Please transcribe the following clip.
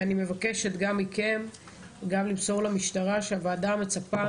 אני מבקשת גם מכם וגם למסור למשטרה שהוועדה מצפה